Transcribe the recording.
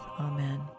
Amen